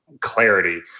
clarity